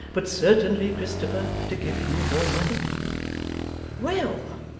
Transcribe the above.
but certainly, christopher, to give you more money well,